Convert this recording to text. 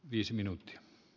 viisi tehdä